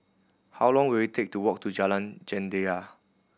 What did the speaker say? how long will it take to walk to Jalan Jendela